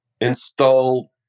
install